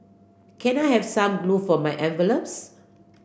can I have some glue for my envelopes